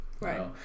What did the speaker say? Right